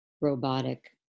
robotic